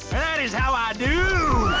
that is how i dooo!